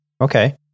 Okay